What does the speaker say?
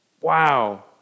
Wow